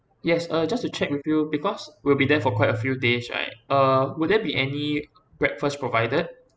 yes uh just to check with you because we'll be there for quite a few days right uh would there be any breakfast provided